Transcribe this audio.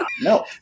no